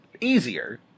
easier